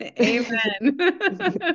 Amen